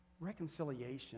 Reconciliation